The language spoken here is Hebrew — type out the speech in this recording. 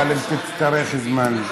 אבל אם תצטרך זמן,